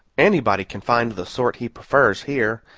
anybody can find the sort he prefers, here,